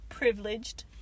privileged